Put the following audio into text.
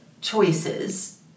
choices